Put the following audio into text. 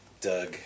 Doug